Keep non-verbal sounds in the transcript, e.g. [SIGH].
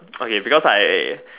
[NOISE] okay because I